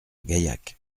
gaillac